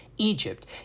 Egypt